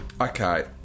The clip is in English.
Okay